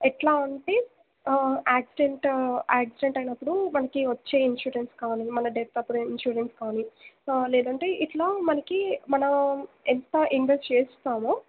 ఎట్లా అంటే accident accident అయినప్పుడు మనకు వచ్చే ఇన్సూరెన్స్ కానీ మన డెత్ అప్పుడు ఇన్సూరెన్స్ కానీ లేదంటే ఇట్లా మనకు మన ఎంత ఇన్వెస్ట్ చేస్తామో